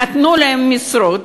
נתנו להם משרות,